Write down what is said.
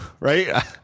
Right